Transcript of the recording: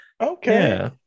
okay